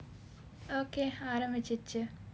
okay ஆரம்பிச்சுச்சு:aarambichuchu